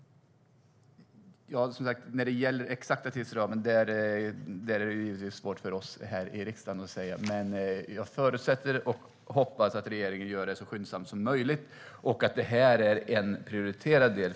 Den exakta tidsramen är det givetvis svårt för oss här i riksdagen att ange. Men jag förutsätter och hoppas att regeringen gör det så skyndsamt som möjligt. Detta är en prioriterad del.